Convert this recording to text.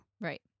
Right